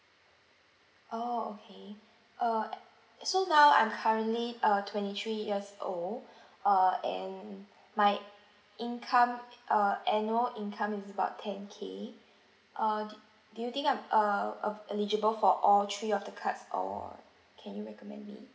oh okay uh so now I'm currently uh twenty three years old uh and my income uh annual income is about ten K err do do you think I'm err uh eligible for all three of the cards or can you recommend me